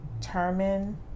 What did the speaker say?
determine